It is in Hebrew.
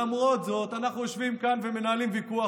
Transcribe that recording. למרות זאת אנחנו יושבים כאן ומנהלים ויכוח.